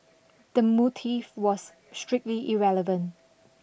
the motive was strictly irrelevant